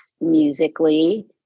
musically